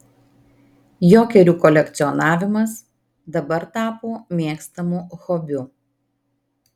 jokerių kolekcionavimas dabar tapo mėgstamu hobiu